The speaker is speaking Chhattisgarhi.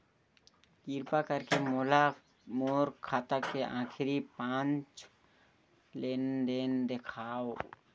किरपा करके मोला मोर खाता के आखिरी पांच लेन देन देखाव